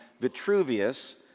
Vitruvius